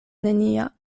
nenia